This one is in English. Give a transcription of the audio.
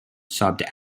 sobbed